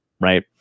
right